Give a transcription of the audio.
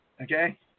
Okay